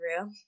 real